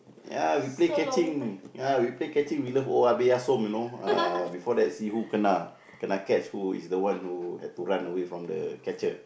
ya we play catching ya we play catching we love owa peya som you know ah before that see who kena kena catch who is the one who had to run away from the catcher